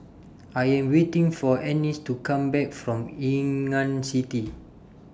I Am waiting For Ennis to Come Back from Ngee Ann City